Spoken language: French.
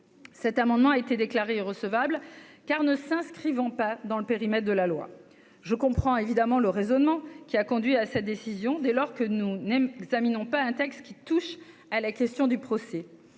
Cet amendement a été déclarée recevable car ne s'inscrivant pas dans le périmètre de la loi, je comprends évidemment le raisonnement qui a conduit à cette décision dès lors que nous n'aime Sami, non pas un texte qui touche à la question du procès